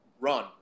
run